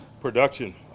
Production